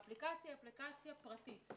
האפליקציה היא פרטית.